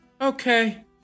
Okay